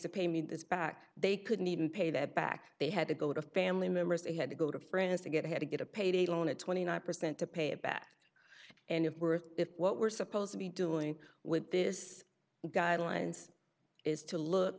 to pay me this back they couldn't even pay that back they had to go to family members they had to go to france to get ahead to get a payday loan at twenty nine percent to pay a bat and if worth it what we're supposed to be doing with this guidelines is to look